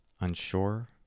unsure